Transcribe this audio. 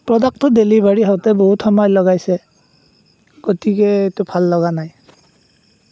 প্ৰডাক্টটো ডেলিভাৰী হওঁতে বহুত সময় লগাইছে গতিকে এইটো ভাল লগা নাই